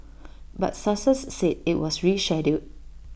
but sources said IT was rescheduled